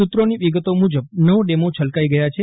સુત્રોની વિગતો મુજબ જે નવ ડેમો છલકાઈ ગયા છે